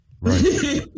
Right